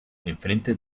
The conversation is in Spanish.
enfrente